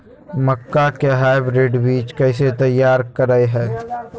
मक्का के हाइब्रिड बीज कैसे तैयार करय हैय?